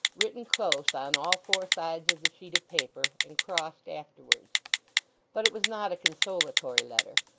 written close on all four sides of the sheet of paper, and crossed afterwards but it was not a consolatory letter,